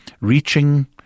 reaching